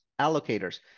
allocators